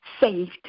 saved